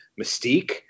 mystique